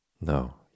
No